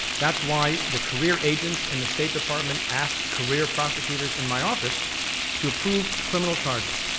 that's why the career agents in the state department asked career prosecutors in my office to approve criminal charges.